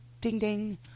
ding-ding